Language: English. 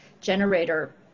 generator